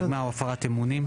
מרמה או הפרת אמונים'.